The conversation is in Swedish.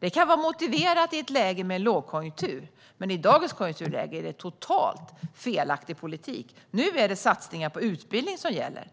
Det skulle kunna vara motiverat i ett läge med en lågkonjunktur, men i dagens konjunkturläge vore det en totalt felaktig politik. Nu är det satsningar på utbildning som gäller.